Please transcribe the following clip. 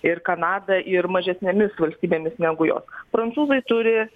ir kanada ir mažesnėmis valstybėmis negu jos prancūzai turi